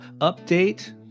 update